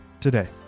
today